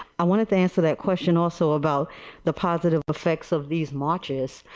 i wanted to answer that question also about the positive affects of these marches.